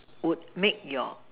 would make your